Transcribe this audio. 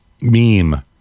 meme